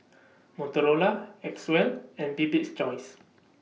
Motorola Acwell and Bibik's Choice